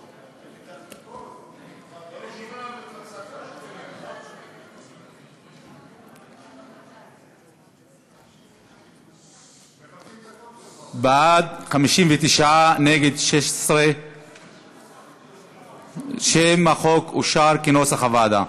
נגד, 16. שם החוק אושר, כנוסח הוועדה.